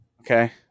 Okay